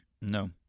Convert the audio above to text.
No